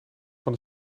van